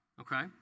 okay